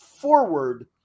forward